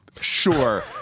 sure